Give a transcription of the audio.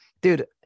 Dude